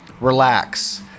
relax